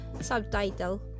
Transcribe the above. subtitle